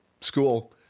school